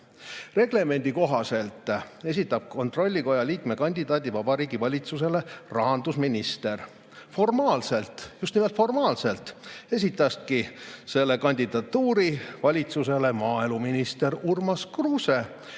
Reglemendi kohaselt esitab kontrollikoja liikme kandidaadi Vabariigi Valitsusele rahandusminister. Formaalselt – just nimelt formaalselt – esitaski selle kandidatuuri valitsusele maaeluminister Urmas Kruuse,